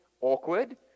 awkward